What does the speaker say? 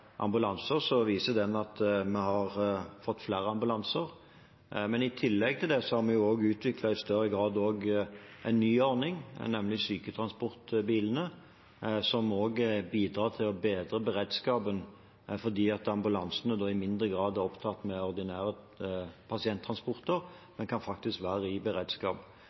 vi har fått flere ambulanser. Men i tillegg har vi i større grad også utviklet en ny ordning, nemlig syketransportbilene, som bidrar til å bedre beredskapen fordi ambulansene i mindre grad er opptatt med ordinære pasienttransporter – de kan faktisk være i beredskap.